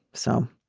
so.